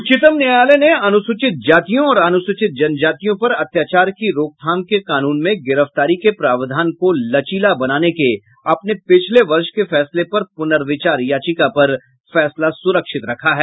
उच्चतम न्यायालय ने अनुसूचित जातियों और अनुसूचित जनजातियों पर अत्याचार की रोकथाम के कानून में गिरफ्तारी के प्रावधान को लचीला बनाने के अपने पिछले वर्ष के फैसले पर पुनर्विचार याचिका पर फैसला सुरक्षित रखा है